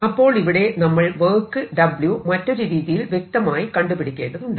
അപ്പോൾ ഇവിടെ നമ്മൾ വർക്ക് W മറ്റൊരു രീതിയിൽ വ്യക്തമായി കണ്ടുപിടിക്കേണ്ടതുണ്ട്